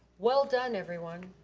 well done everyone.